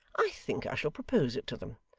i think i shall propose it to them.